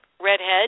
redhead